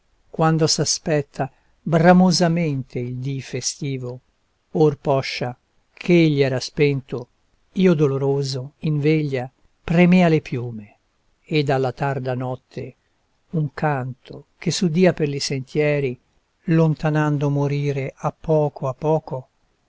quando s'aspetta bramosamente il dì festivo or poscia ch'egli era spento io doloroso in veglia premea le piume ed alla tarda notte un canto che s'udia per li sentieri lontanando morire a poco a poco